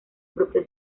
propio